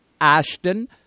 Ashton